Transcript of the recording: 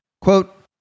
Quote